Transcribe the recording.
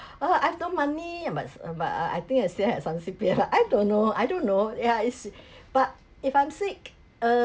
uh I've no money but um but uh I think I still had some C_P_F lah I don't know I don't know yeah it's but if I'm sick uh